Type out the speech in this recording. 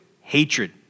hatred